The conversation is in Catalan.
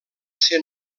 ser